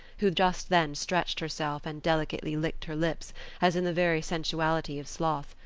who just then stretched herself and delicately licked her lips as in the very sensuality of sloth,